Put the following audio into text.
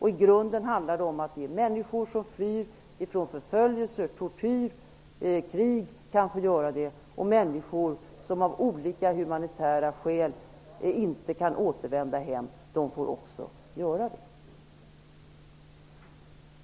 I grunden handlar det om att ge människor som flyr från förföljelse, tortyr och krig möjlighet att göra det och om att människor som av olika humanitära skäl inte kan återvända hem också slipper göra det.